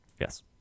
Yes